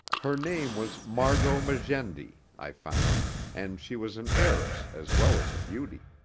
her name was margot magendie, i found, and she was an heiress as well as a beauty.